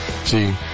See